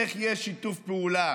איך יש שיתוף פעולה